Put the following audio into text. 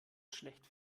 schlecht